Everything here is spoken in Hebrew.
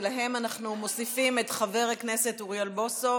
ולהם אנחנו מוסיפים את חבר הכנסת אוריאל בוסו,